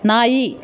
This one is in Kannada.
ನಾಯಿ